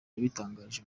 yabitangarije